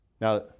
Now